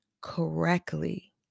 correctly